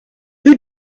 who